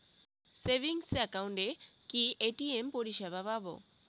Savings একাউন্টে কি ATM পরিসেবা পাব?